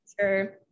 sure